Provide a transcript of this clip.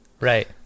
Right